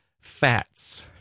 Fats